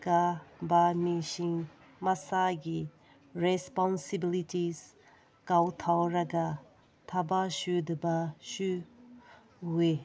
ꯀꯥꯕ ꯃꯤꯁꯤꯡ ꯃꯁꯥꯒꯤ ꯔꯦꯖꯄꯣꯟꯁꯤꯕꯤꯂꯤꯇꯤꯖ ꯀꯥꯎꯊꯣꯛꯂꯒ ꯊꯕꯛ ꯁꯨꯗꯕꯁꯨ ꯎꯨꯏ